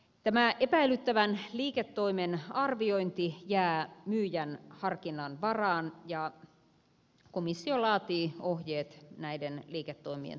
tämä epäilyttävän liiketoimen arviointi jää myyjän harkinnan varaan ja komissio laatii ohjeet näiden liiketoimien tunnistamista varten